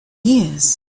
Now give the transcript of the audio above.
years